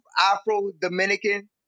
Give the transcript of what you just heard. Afro-Dominican